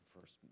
first